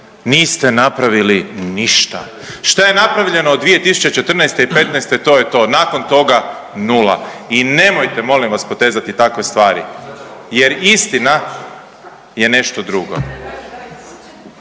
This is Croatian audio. niste napravili ništa. Šta je napravljeno 2014. i '15. to je to, nakon toga nula. I nemojte molim vas potezati takve stvari jer istina je nešto drugo.